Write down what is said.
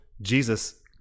Jesus